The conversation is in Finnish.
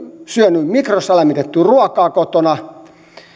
syönyt mikrossa lämmitettyä ruokaa kotona